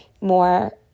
more